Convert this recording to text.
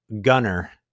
gunner